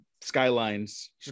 Skylines